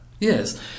Yes